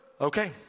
Okay